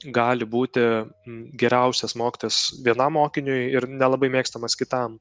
gali būti geriausias mokytojas vienam mokiniui ir nelabai mėgstamas kitam